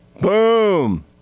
Boom